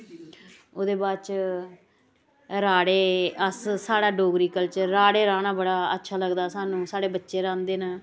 ओह्दे बाद च राड़े अस साढ़ा डोगरी कल्चर राड़े राह्ना बड़ा अच्छा लगदा सानूं साढ़े बच्चे राहंदे न